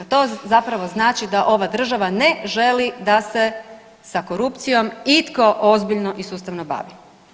To zapravo znači da ova država ne želi da se sa korupcijom itko ozbiljno i sustavno bavi.